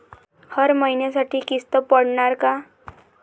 हर महिन्यासाठी किस्त पडनार का?